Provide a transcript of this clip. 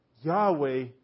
Yahweh